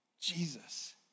Jesus